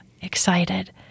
excited